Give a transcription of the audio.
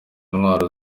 intwaro